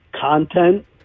content